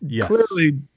clearly